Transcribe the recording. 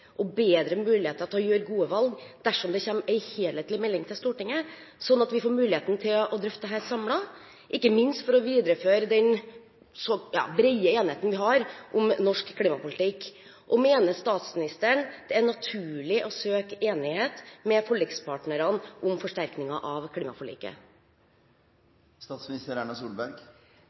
bedre oversikt og bedre muligheter til å gjøre gode valg dersom det kommer en helhetlig melding til Stortinget, sånn at vi får muligheten til å drøfte dette samlet – ikke minst for å videreføre den brede enigheten vi har om norsk klimapolitikk. Og mener statsministeren det er naturlig å søke enighet med forlikspartnerne om forsterkninger av klimaforliket?